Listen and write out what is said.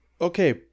Okay